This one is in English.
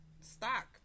stock